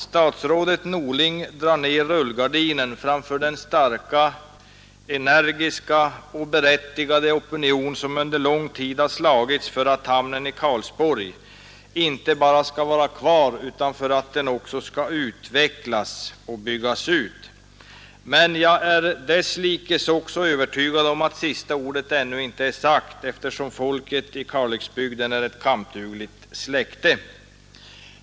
Statsrådet Norling drar ner rullgardinen framför den starka, energiska och berättigade opinion som under lång tid har slagits för att Karlsborgs hamn inte bara skall vara kvar utan också byggas ut. Men jag är också övertygad om att sista ordet ännu inte är sagt, eftersom folket i Kalixbygden är ett kampdugligt släkte.